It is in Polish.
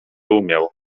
umiał